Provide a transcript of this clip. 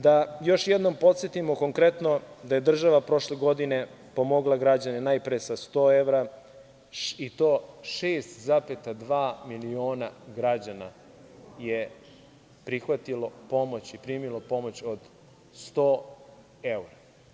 Da podsetimo još jednom da je država prošle godine pomogla građane najpre sa 100 evra, i to 6,2 miliona građana je prihvatilo pomoć i primilo pomoć od 100 evra.